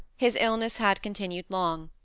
his illness had continued long,